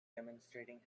demonstrating